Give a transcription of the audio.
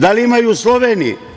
Da li imaju u Sloveniji?